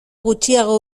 gutxiago